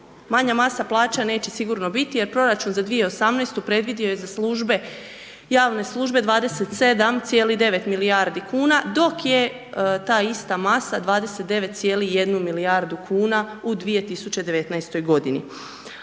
Manja masa plaća neće sigurno biti jer proračun za 2018. predvidio je za službe, javne službe 27,9 milijardi kn, dok je ta ista masa 29,1 milijardu kuna u 2019. godini.